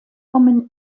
kommen